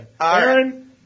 Aaron